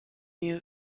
you